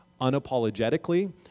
unapologetically